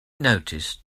noticed